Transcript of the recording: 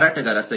ಮಾರಾಟಗಾರ ಸರಿ